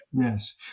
yes